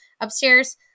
upstairs